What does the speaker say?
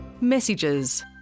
Messages